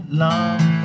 love